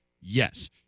Yes